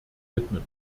widmen